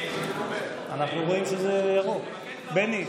46 בעד,